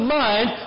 mind